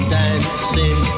dancing